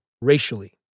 racially